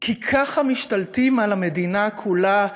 כי ככה משתלטים על המדינה כולה,